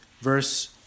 Verse